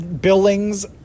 Billings